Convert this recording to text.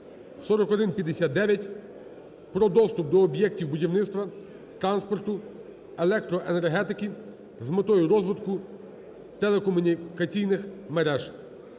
(4159) про доступ до об'єктів будівництва, транспорту, електроенергетики з метою розвитку телекомунікаційних мереж.